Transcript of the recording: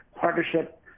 partnership